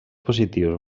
positius